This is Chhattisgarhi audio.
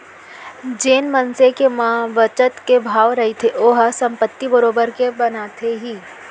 जेन मनसे के म बचत के भाव रहिथे ओहा संपत्ति बरोबर के बनाथे ही